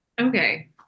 Okay